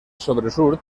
sobresurt